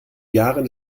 jahren